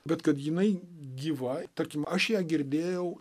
bet kad jinai gyva tarkim aš ją girdėjau